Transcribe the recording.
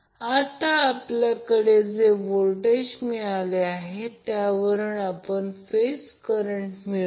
तर Vab जाणून घ्या म्हणून Z येथे भरा हा करंट 13